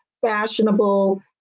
fashionable